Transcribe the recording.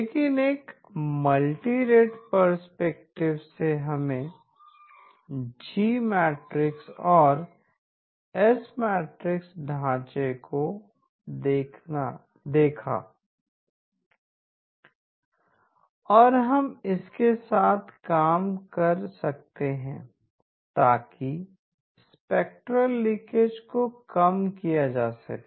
लेकिन एक multirate perspective से हमने जी मैट्रिक्स और एस मैट्रिक्स ढांचे को देखा और हम इसके साथ काम कर सकते हैं ताकि स्पेक्ट्रेल लीकेज को कम किया जा सके